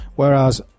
Whereas